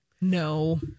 No